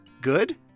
good